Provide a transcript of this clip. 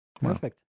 perfect